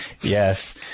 Yes